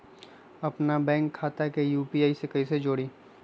अपना बैंक खाता के यू.पी.आई से कईसे जोड़ी?